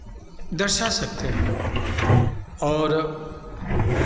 दर्शा सकते हैं और